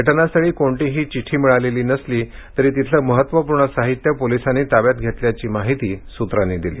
घटनास्थळी कोणतीही चिड्डी मिळालेली नसली तरी तिथलं महत्वपूर्ण साहित्य पोलीसांनी ताब्यात घेल्याची माहिती सूत्रांनी दिली